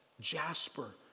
jasper